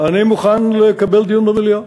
אני מוכן לקבל דיון במליאה.